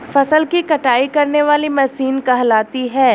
फसल की कटाई करने वाली मशीन कहलाती है?